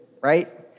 right